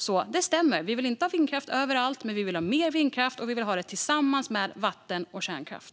Det stämmer alltså att vi inte vill ha vindkraft överallt. Men vi vill ha mer vindkraft, och vi vill ha den tillsammans med vattenkraft och kärnkraft.